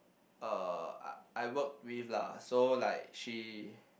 uh I I worked with lah so like she